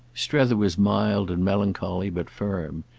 strether was mild and melancholy, but firm.